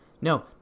no